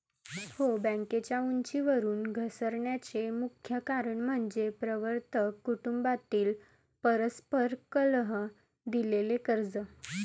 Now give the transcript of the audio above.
हो, बँकेच्या उंचीवरून घसरण्याचे मुख्य कारण म्हणजे प्रवर्तक कुटुंबातील परस्पर कलह, दिलेली कर्जे